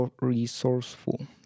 resourceful